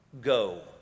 Go